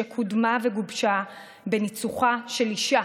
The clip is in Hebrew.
שקודמה וגובשה בניצוחה של אישה,